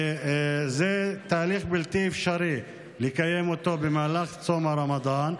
וזה תהליך שבלתי אפשרי לקיים אותו במהלך צום הרמדאן.